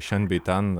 šen bei ten